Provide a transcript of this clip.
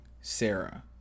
Sarah